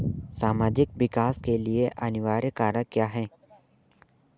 सामाजिक विकास के लिए अनिवार्य कारक क्या है?